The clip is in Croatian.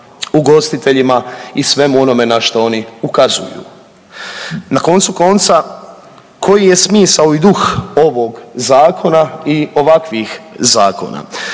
ugostiteljima i svemu onome na što oni ukazuju. Na koncu konca koji je smisao i duh ovog zakona i ovakvih zakona?